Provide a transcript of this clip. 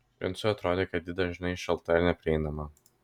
princui atrodė kad ji dažnai šalta ir neprieinama